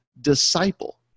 disciple